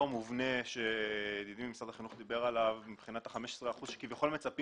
מובנה שידידי ממשרד החינוך דיבר עליו מבחינת ה-15% שכביכול מצפים